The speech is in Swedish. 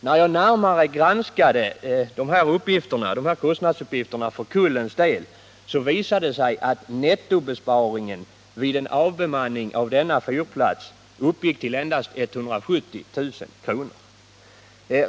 När jag närmare granskat dessa kostnadsuppgifter vad avser Kullens fyr visar det sig, att nettobesparingen vid en avbemanning av denna fyrplats uppgick till endast 170000 kr.